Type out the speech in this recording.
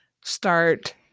start